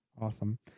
Awesome